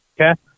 okay